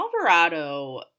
Alvarado